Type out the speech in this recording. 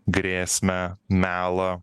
grėsmę melą